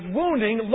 wounding